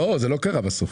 לא, זה לא קרה בסוף.